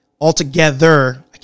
Altogether